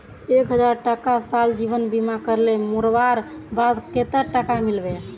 एक हजार टका साल जीवन बीमा करले मोरवार बाद कतेक टका मिलबे?